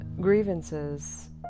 grievances